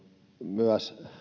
myös